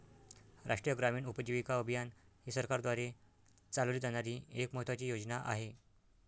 राष्ट्रीय ग्रामीण उपजीविका अभियान ही सरकारद्वारे चालवली जाणारी एक महत्त्वाची योजना आहे